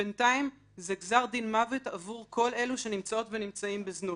ובינתיים זה גזר דין מוות עבור כל אלו שנמצאות ונמצאים בזנות.